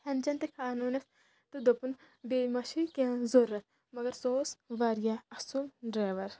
کھٮ۪ن چٮ۪ن تہِ کھیٛانٲنَس تہٕ دوٚپُن بیٚیہِ مَہ چھُے کیٚنٛہہ ضوٚرَتھ مگر سُہ اوس واریاہ اَصٕل ڈرٛیوَر